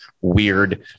weird